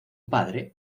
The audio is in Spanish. padre